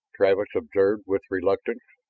travis observed with reluctance.